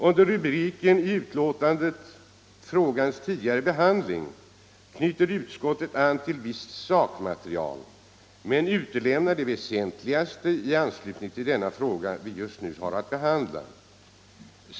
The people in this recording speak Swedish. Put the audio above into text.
Under rubriken Frågans tidigare behandling knyter utskottet an till visst sakmaterial men utelämnar det väsentligaste i anslutning till den fråga vi just nu har att behandla.